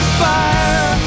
fire